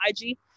IG